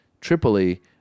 Tripoli